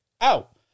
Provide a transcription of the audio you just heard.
out